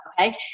Okay